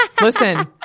Listen